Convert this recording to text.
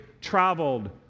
traveled